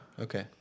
Okay